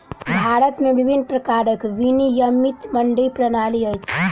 भारत में विभिन्न प्रकारक विनियमित मंडी प्रणाली अछि